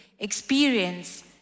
experience